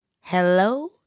Hello